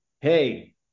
hey